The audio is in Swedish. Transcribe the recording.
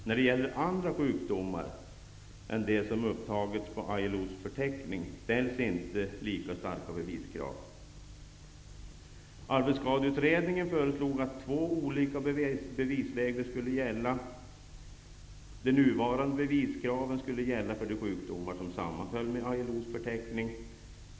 När det gäller andra sjukdomar än de som upptagits på ILO:s förteckning ställs inte lika starka beviskrav. Arbetsskadeutredningen föreslog att två olika bevisregler skulle gälla. De nuvarande beviskraven skulle gälla för de sjukdomar som återfanns på ILO:s förteckning.